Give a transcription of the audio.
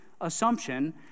assumption